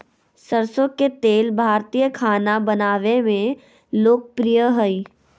सरसो के तेल भारतीय खाना बनावय मे लोकप्रिय हइ